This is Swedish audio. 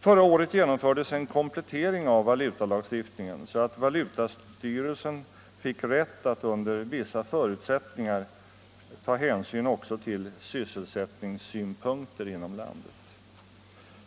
Förra året genomfördes en komplettering av valutalagstiftningen så att valutastyrelsen fick rätt att under vissa förutsättningar ta hänsyn också till sysselsättningssynpunkter inom landet.